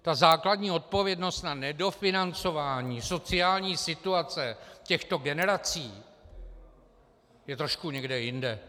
Ta základní odpovědnost na nedofinancování sociální situace těchto generací je trošku někde jinde.